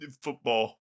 football